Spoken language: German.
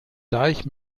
deich